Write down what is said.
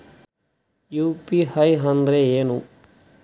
UPI ಅಂದ್ರೆ ಏನು?